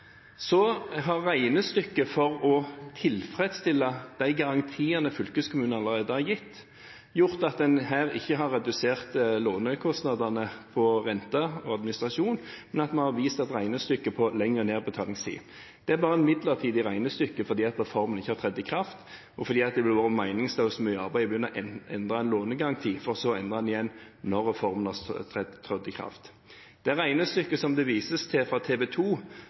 Så har regnestykket for å tilfredsstille de garantiene fylkeskommunen allerede har gitt, gjort at en her ikke har redusert lånekostnadene på rente og administrasjon, men at vi har vist et regnestykke med lengre nedbetalingstid. Det er bare et midlertidig regnestykke fordi reformen ikke har trådt i kraft, og fordi det ville vært meningsløst mye arbeid å begynne å endre en lånegaranti for så å endre den igjen når reformen har trådt i kraft. Det regnestykket det vises til fra